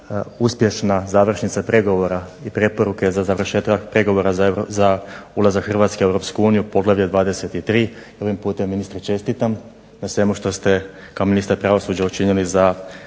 za završetak pregovora za ulazak Hrvatske u Europsku uniju, poglavlje 23. Ovim putem ministre čestitam na svemu što ste kao ministar pravosuđa učinili za